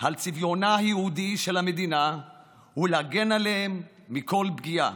על צביונה היהודי של המדינה ולהגן עליה מכל פגיעה.